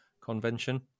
Convention